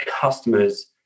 customers